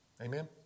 Amen